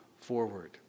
forward